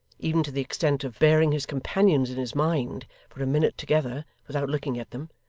even to the extent of bearing his companions in his mind for a minute together without looking at them,